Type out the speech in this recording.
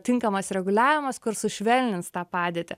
tinkamas reguliavimas kuris sušvelnins tą padėtį